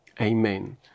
Amen